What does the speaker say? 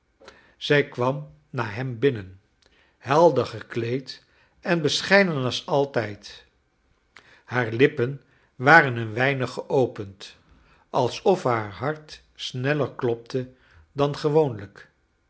zij kwam na hem binnen helder gekleed en bescheiden als altijd haar lippen waren een weinig geopend alsof haar hart sneller klopte dan gewoonlijk